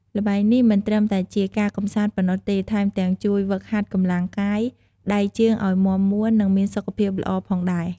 ល្បែងនេះមិនត្រឹមតែជាការកម្សាន្តប៉ុណ្ណោះទេ ថែមទាំងជួយហ្វឹកហាត់កម្លាំងកាយ ដៃជើងឲ្យមាំមួន និងមានសុខភាពល្អផងដែរ។